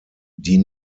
die